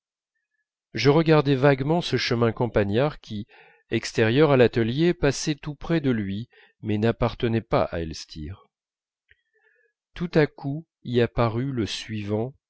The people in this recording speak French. je regardais vaguement le chemin campagnard qui extérieur à l'atelier passait tout près de lui mais n'appartenait pas à elstir tout à coup y apparut le suivant